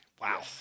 Wow